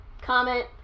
comment